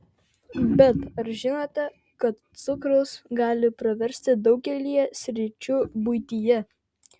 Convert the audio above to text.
bet ar žinote kad cukrus gali praversti daugelyje sričių buityje